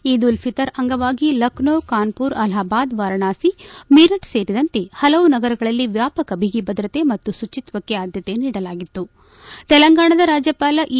ಈದ್ ಉಲ್ ಫಿತರ್ ಅಂಗವಾಗಿ ಲಕ್ನೋ ಕಾನ್ಮರ್ ಅಲಹಾಬಾದ್ ವಾರಣಾಸಿ ಮೀರತ್ ಸೇರಿದಂತೆ ಪಲವು ನಗರಗಳಲ್ಲಿ ವ್ಯಾಪಕ ಬಿಗಿ ಭದ್ರತೆ ಮತ್ತು ಶುಚಿತ್ತಕ್ಷೆ ಆದ್ಗತೆ ನೀಡಲಾಗಿತ್ತುತೆಲಂಗಾಣದ ರಾಜ್ಯವಾಲ ಐ